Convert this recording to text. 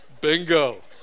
Bingo